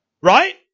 Right